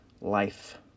life